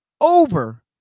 over